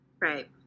Right